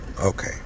Okay